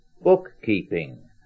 bookkeeping